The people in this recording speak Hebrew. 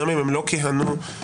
גם אם הם לא כיהנו כנשיאים,